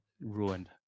ruined